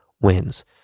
Wins